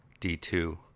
D2